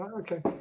Okay